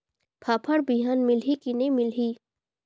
फाफण बिहान मिलही की नी मिलही?